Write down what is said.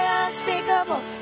unspeakable